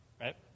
right